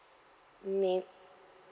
may